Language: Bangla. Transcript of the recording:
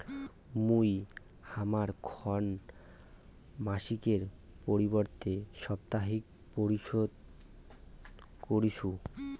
মুই হামার ঋণ মাসিকের পরিবর্তে সাপ্তাহিক পরিশোধ করিসু